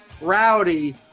Rowdy